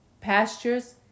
pastures